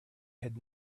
had